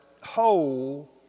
whole